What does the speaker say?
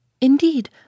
Indeed